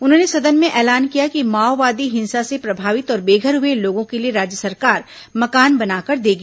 उन्होंने सदन में ऐलान किया कि माओवादी हिंसा से प्रभावित और बेघर हुए लोगों के लिए राज्य सरकार मकान बनाकर देगी